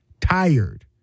tired